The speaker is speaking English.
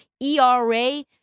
ERA